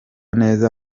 neza